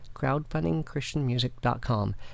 crowdfundingchristianmusic.com